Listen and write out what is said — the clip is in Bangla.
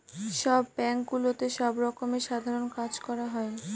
সব ব্যাঙ্কগুলোতে সব রকমের সাধারণ কাজ করা হয়